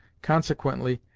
consequently,